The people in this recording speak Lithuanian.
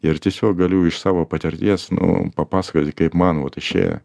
ir tiesiog galiu iš savo patirties nu papasakoti kaip man vot išėjo